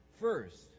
first